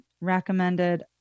recommended